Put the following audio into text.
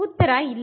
ಉತ್ತರ ಇಲ್ಲ